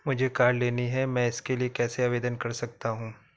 मुझे कार लेनी है मैं इसके लिए कैसे आवेदन कर सकता हूँ?